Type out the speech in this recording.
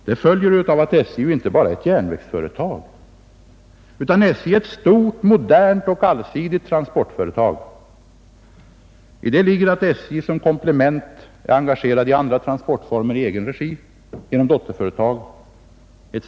Detta följer av att SJ inte bara är ett järnvägsföretag utan ett stort och modernt och allsidigt transportföretag. Däri ligger att SJ som komplement är engagerat i andra transportformer i egen regi eller genom dotterföretag etc.